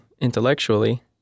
intellectually